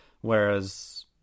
Whereas